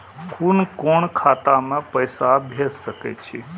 कुन कोण खाता में पैसा भेज सके छी?